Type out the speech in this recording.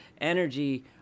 energy